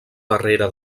barrera